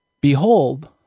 Behold